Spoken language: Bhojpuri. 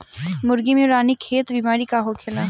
मुर्गी में रानीखेत बिमारी का होखेला?